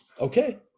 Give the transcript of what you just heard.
okay